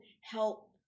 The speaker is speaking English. help